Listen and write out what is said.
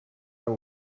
and